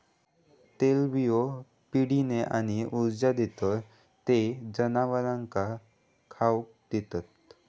तेलबियो पिढीने आणि ऊर्जा देतत ते जनावरांका खाउक देतत